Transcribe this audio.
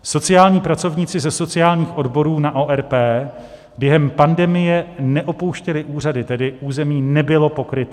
Sociální pracovníci ze sociálních odborů na ORP během pandemie neopouštěli úřady, tedy území nebylo pokryté.